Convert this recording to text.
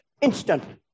instantly